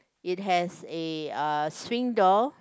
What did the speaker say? it has a uh swing door